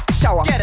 shower